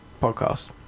podcast